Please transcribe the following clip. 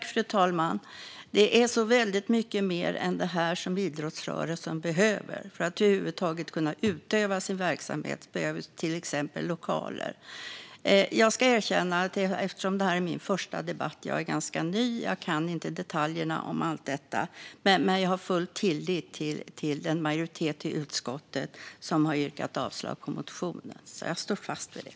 Fru talman! Det är så väldigt mycket mer än det här som idrottsrörelsen behöver för att över huvud taget kunna utöva sin verksamhet. Den behöver till exempel lokaler. Det här är min första debatt, och jag är ganska ny. Jag ska erkänna att jag inte kan detaljerna i allt detta, men jag har full tillit till den majoritet i utskottet som har yrkat avslag på motionen. Jag står fast vid det.